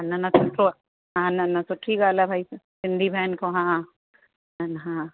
हा न न हा न न सुठी ॻाल्हि आहे भई सिंधी भेण खां हा हा